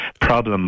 problem